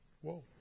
whoa